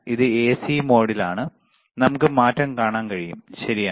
ഇത് എസി മോഡിലാണ് നമുക്ക് മാറ്റം കാണാൻ കഴിയും ശരിയാണ്